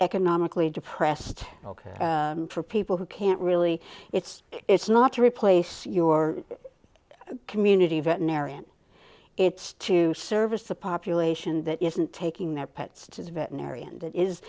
economically depressed ok for people who can't really it's it's not to replace your community veterinarian it's to service a population that isn't taking their pets is veterinarian that is